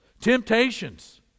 Temptations